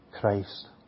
Christ